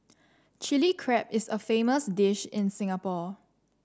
Chilli Crab is a famous dish in Singapore